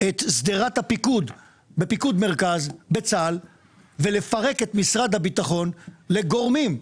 את שדרת הפיקוד בפיקוד מרכז בצה"ל ולפרק את משרד הביטחון לגורמים.